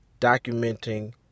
documenting